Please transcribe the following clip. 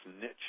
niche